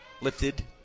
Lifted